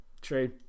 true